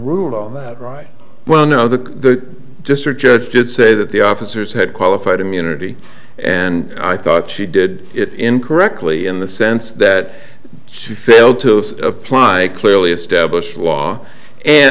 ruled on that right well know the district judge did say that the officers had qualified immunity and i thought she did it incorrectly in the sense that she failed to apply it clearly established law and